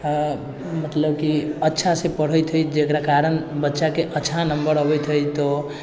मतलब कि अच्छासँ पढ़ैत हइ जकरा कारण बच्चाके अच्छा नम्बर अबैत हइ तऽ